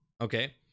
okay